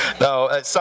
No